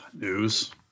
News